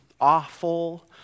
awful